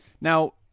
Now